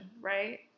right